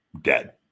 dead